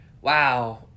wow